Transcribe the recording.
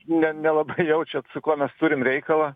ne nelabai jaučiat su kuo mes turim reikalą